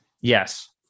Yes